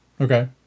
okay